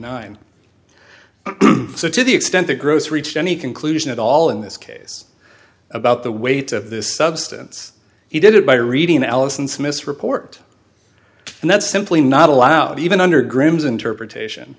nine so to the extent the gross reached any conclusion at all in this case about the weight of this substance he did it by reading alison smith's report and that's simply not allowed even under graham's interpretation